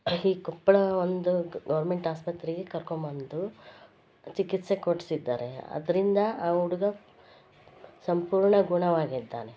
ಈ ಕೊಪ್ಪಳ ಒಂದು ಗೌರ್ಮೆಂಟ್ ಆಸ್ಪತ್ರೆಗೆ ಕರ್ಕೊಂಬಂದು ಚಿಕಿತ್ಸೆ ಕೊಡಿಸಿದ್ದಾರೆ ಅದರಿಂದ ಆ ಹುಡುಗ ಸಂಪೂರ್ಣ ಗುಣವಾಗಿದ್ದಾನೆ